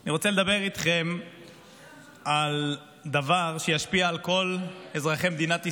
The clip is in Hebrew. אני רוצה לדבר איתכם על דבר שישפיע על כל אזרחי מדינת ישראל,